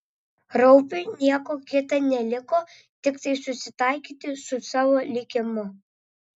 raupiui nieko kita neliko tiktai susitaikyti su savo likimu